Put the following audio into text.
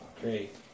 Great